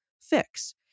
fix